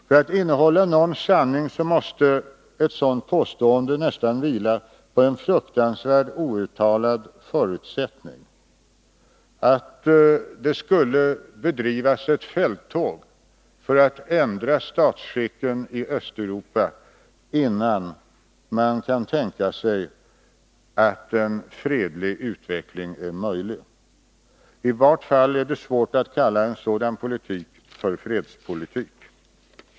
För att innehålla någon sanning måste ett sådant påstående nästan vila på en fruktansvärd, outtalad förutsättning: att det skulle bedrivas ett fälttåg för att ändra statsskicken i Östeuropa innan man kan tänka sig att en fredlig utveckling är möjlig. I vart fall är det svårt att kalla en sådan politik för fredspolitik.